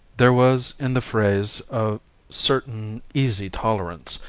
there was in the phrase a certain easy tolerance,